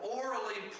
orally